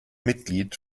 mitglied